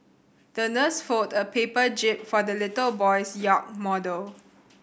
the nurse folded a paper jib for the little boy's yacht model